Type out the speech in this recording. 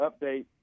update